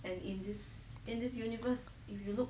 and in this in this universe if you look